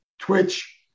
twitch